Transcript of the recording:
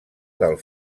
del